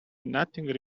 nothing